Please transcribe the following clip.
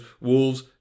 Wolves